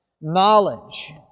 knowledge